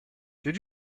did